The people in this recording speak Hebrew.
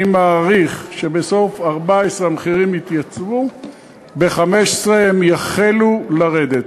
אני מעריך שבסוף 2014 המחירים יתייצבו וב-2015 הם יחלו לרדת.